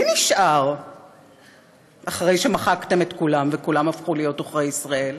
מי נשאר אחרי שמחקתם את כולם וכולם הפכו להיות עוכרי ישראל?